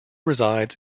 resides